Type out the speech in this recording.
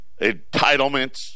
entitlements